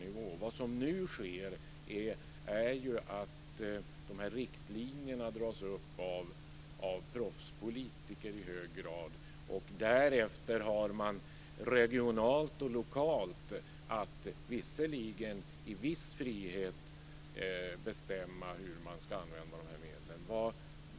Vad som nu sker är ju att de här riktlinjerna på EU-nivå i hög grad dras upp av proffspolitiker. Därefter har man regionalt och lokalt att, visserligen i viss frihet, bestämma hur man ska använda de här medlen.